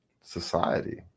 society